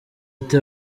ati